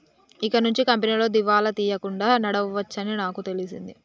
ఇకనుంచి కంపెనీలు దివాలా తీయకుండా నడవవచ్చని నాకు తెలిసింది